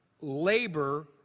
labor